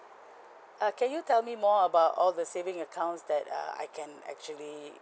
uh can you tell me more about all the saving accounts that uh I can actually